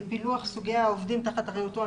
פילוח סוגי העובדים תחת אחריותו,